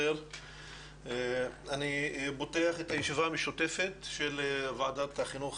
אני פותח את הישיבה המשותפת של ועדת החינוך